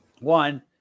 One